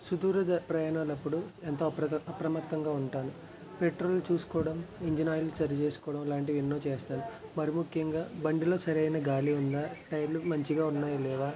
సుదూర ప్రయాణాలప్పుడు ఎంతో అప్ర అప్రమత్తంగా ఉంటాను పెట్రోల్ చూసుకోవడం ఇంజిన్ ఆయిల్ సరి చేసుకోవడం లాంటివి ఎన్నో చేస్తాను మరీ ముఖ్యంగా బండిలో సరైన గాలి ఉందా టైర్లు మంచిగా ఉన్నాయా లేవా